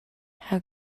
how